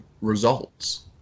results